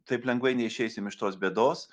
taip lengvai neišeisim iš tos bėdos